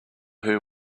who